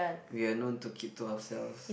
we are known to keep to ourselves